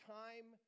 time